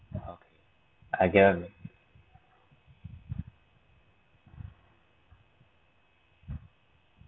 okay